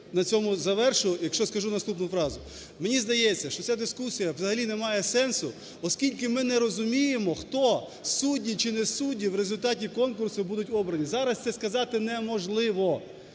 на цьому завершу, якщо скажу наступну фразу. Мені здається, що ця дискусія взагалі немає сенсу, оскільки ми не розуміємо, хто судді чи не судді, в результаті конкурсу будуть обрані, зараз це сказати неможливо.